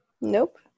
nope